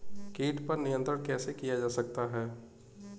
कीट पर नियंत्रण कैसे किया जा सकता है?